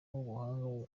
ubuhanga